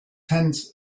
tents